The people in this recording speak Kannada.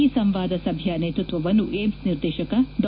ಈ ಸಂವಾದ ಸಭೆಯ ನೇತೃತ್ವವನ್ನು ಏಮ್ಸ್ ನಿರ್ದೇಶಕ ಡಾ